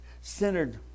centered